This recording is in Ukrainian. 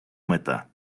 мета